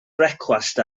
brecwast